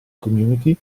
community